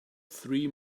three